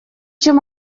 чем